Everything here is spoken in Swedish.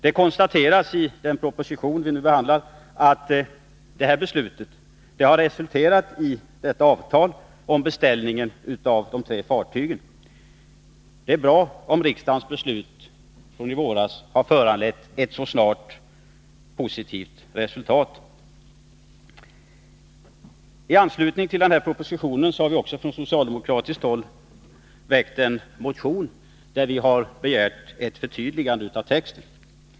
Det konstateras i den proposition som vi nu behandlar att beslutet har resulterat i avtalet om beställning av de tre fartygen. Det är bra om riksdagens beslut från i våras så snart har givit ett positivt resultat. I anslutning till propositionen har vi också från socialdemokratiskt håll väckt en motion i vilken vi begär ett förtydligande av texten.